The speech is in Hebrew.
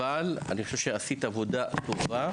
אבל אני חושב שעשית עבודה טובה,